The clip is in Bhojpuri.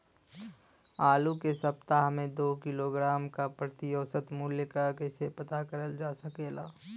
आलू के सप्ताह में दो किलोग्राम क प्रति औसत मूल्य क कैसे पता करल जा सकेला?